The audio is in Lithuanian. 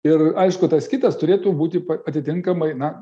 ir aišku tas kitas turėtų būti atitinkamai na